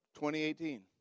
2018